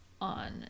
on